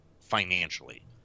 financially